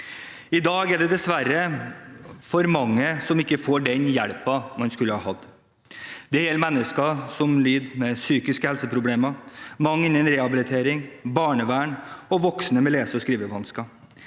I dag er det dessverre for mange som ikke får den hjelpen de skulle ha hatt. Det er mennesker med psykiske helseproblemer, mange innen rehabilitering og barnevern og voksne med lese- og skrivevansker.